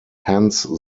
hence